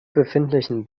befindlichen